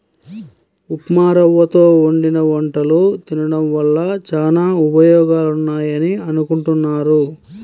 ఉప్మారవ్వతో వండిన వంటలు తినడం వల్ల చానా ఉపయోగాలున్నాయని అనుకుంటున్నారు